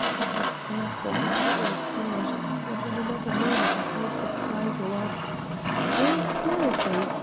and was therefore but little astonished when in another moment i heard the cry go up where is dorothy?